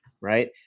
right